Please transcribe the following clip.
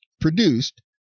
produced